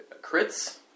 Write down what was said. Crits